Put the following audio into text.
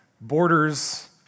borders